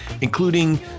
including